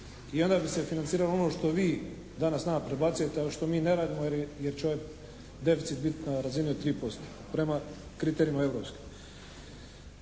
i onda bi se financiralo ono što vi danas nama predbacujete, ali što mi ne radimo jer će ovaj deficit biti na razini 3% prema kriterijima europskim.